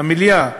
במליאה,